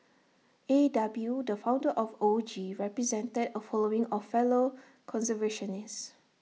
A W the founder of O G represented A following of fellow conservationists